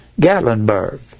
Gatlinburg